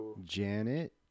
Janet